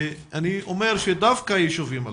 אני אומר שדווקא הישובים הללו,